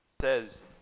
says